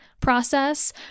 process